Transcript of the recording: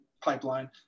pipeline